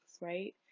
right